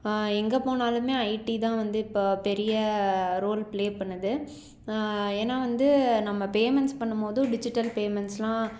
எங்கே போனாலுமே ஐடி தான் வந்து இப்போ பெரிய ரோல் பிளே பண்ணுது ஏன்னா வந்து நம்ம பேமண்ட்ஸ் பண்ணும்போது டிஜிட்டல் பேமண்ட்ஸ் எல்லாம்